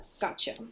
Gotcha